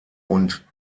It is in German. und